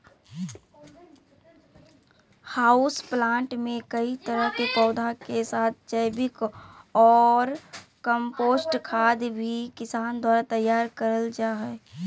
house plant मे कई तरह के पौधा के साथ जैविक ऑर कम्पोस्ट खाद भी किसान द्वारा तैयार करल जा हई